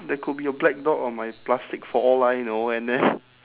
there could be a black dot on my plastic for all I know and then